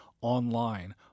online